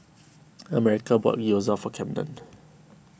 Americo bought Gyoza for Camden